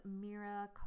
Mira